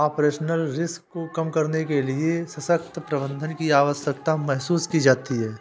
operational risk को कम करने के लिए सशक्त प्रबंधन की आवश्यकता महसूस की जाती है